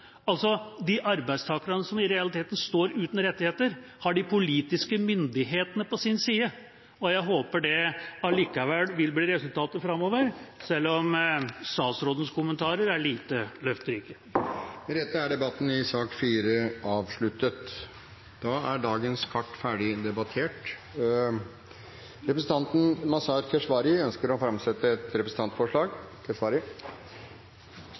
altså de arbeidstakerne som i realiteten står uten rettigheter, har de politiske myndighetene på sin side. Jeg håper det allikevel vil bli resultatet framover, selv om statsrådens kommentarer er lite løfterike. Flere har ikke bedt om ordet til sak nr. 4. Representanten Mazyar Keshvari ønsker å framsette et representantforslag. Jeg har gleden av å fremsette et representantforslag